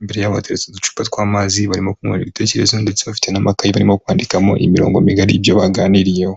imbere yabo hateretse uducupa tw'amazi barimo kungurana ibitekerezo ndetse bafite n'amakaye barimo kwandikamo imirongo migari ibyo baganiriyeho.